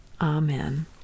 Amen